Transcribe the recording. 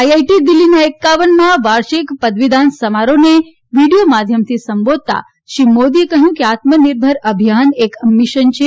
IIT દિલ્હીના એકાવનમાં વાર્ષિક પદવીદાન સમારોહને વીડીયો માધ્યમથી સંબોધતા શ્રી મોદીએ કહ્યું કે આત્મનિર્ભર અભિયાન એક મિશન છે